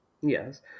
Yes